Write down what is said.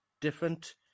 different